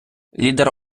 лідер